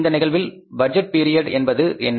இந்த நிகழ்வில் budget period என்பது என்ன